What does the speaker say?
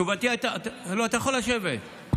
אתה יכול לשבת.